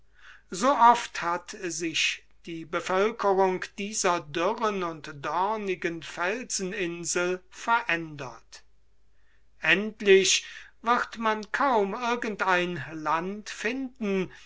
so oft hat sich die bevölkerung dieser dürren und dornigen felsen verändert endlich wird man kaum irgend ein land finden